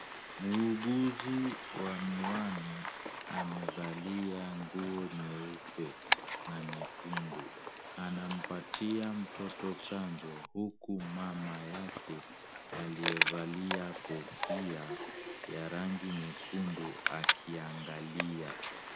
Muuguzi wa miwani amevalia nguo nyeupe na nyekundu, anampatia mtoto chanjo huku mama yake aliyevalia kofia ya rangi nyekundu akiangalia.